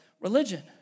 religion